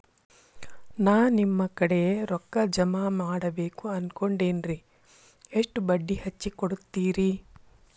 ನಾ ನಿಮ್ಮ ಕಡೆ ರೊಕ್ಕ ಜಮಾ ಮಾಡಬೇಕು ಅನ್ಕೊಂಡೆನ್ರಿ, ಎಷ್ಟು ಬಡ್ಡಿ ಹಚ್ಚಿಕೊಡುತ್ತೇರಿ?